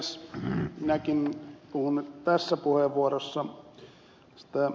minäkin puhun nyt tässä puheenvuorossa ed